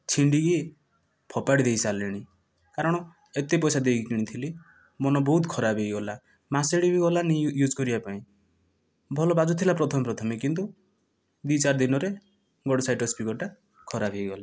ଛିଣ୍ଡିକି ଫୋପଡ଼ିଦେଇସାରିଲିଣି କାରଣ ଏତେ ପଇସା ଦେଇକି କିଣିଥିଲି ମନ ବହୁତ ଖରାପ ହୋଇଗଲା ମାସଟିଏ ବି ଗଲାନାହିଁ ୟୁଜ କରିବା ପାଇଁ ଭଲ ବାଜୁଥିଲା ପ୍ରଥମେ ପ୍ରଥମେ କିନ୍ତୁ ଦୁଇ ଚାରି ଦିନରେ ଗୋଟିଏ ସାଇଡର ସ୍ପିକର୍ଟା ଖରାପ ହୋଇଗଲା